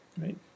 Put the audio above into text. right